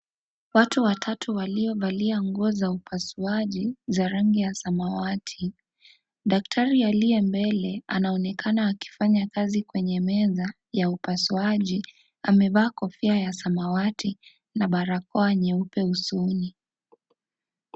Watu watatu waliovalia nguo ya upasuaji za rangi ya samawati , daktari aliye mbele anaonekana akifanya kazi kwenye meza ya upasuaji amevaa kofia ya samawati na barakoa nyeupe usoni.